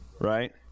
right